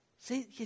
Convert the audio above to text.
see